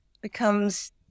becomes